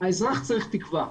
האזרח צריך תקווה.